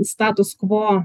status kvo